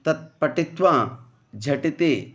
तत् पठित्वा झटिति